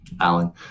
Alan